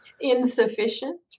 Insufficient